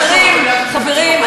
חברים,